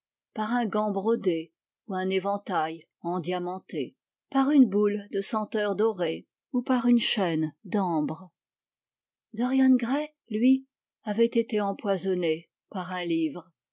par un gant brodé ou un éventail endiamanté par une boule de senteur dorée ou par une chaîne d'ambre dorian gray lui avait été empoisonné par un livre